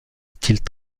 style